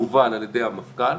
מובל על ידי המפכ"ל.